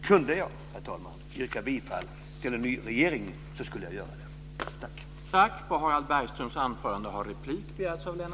Kunde jag, herr talman, yrka bifall till en ny regering skulle jag göra det.